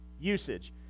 usage